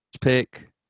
pick